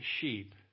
sheep